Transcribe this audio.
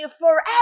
forever